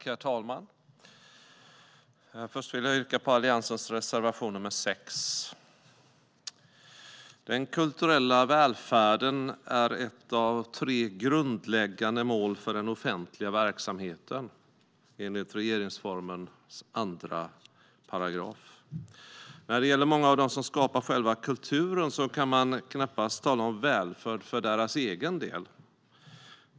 Herr talman! Först vill jag yrka bifall till Alliansens reservation nr 6. Den kulturella välfärden är ett av tre grundläggande mål för den offentliga verksamheten, enligt regeringsformen 2 §. När det gäller många av dem som skapar själva kulturen kan man knappast tala om välfärd för deras egen del.